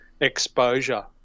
exposure